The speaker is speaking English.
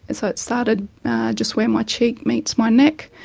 and so it started just where my cheek meets my neck,